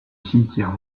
cimetière